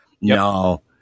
No